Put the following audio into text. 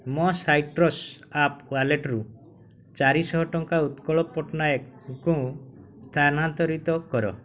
ମୋ citrus app ୱାଲେଟରୁ ଚାରିଶହ ଟଙ୍କା ଉତ୍କଳ ପଟ୍ଟନାୟକଙ୍କୁ ସ୍ଥାନାନ୍ତରିତ କର